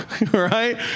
Right